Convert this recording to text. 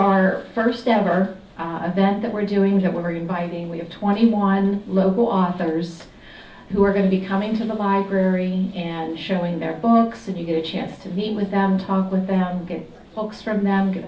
our first ever that we're doing that we're inviting we have twenty one local authors who are going to be coming to the library and showing their books and you get a chance to meet with them talk with them get folks from them